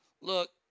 look